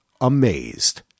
amazed